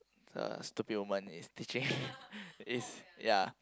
the stupid woman is teaching is ya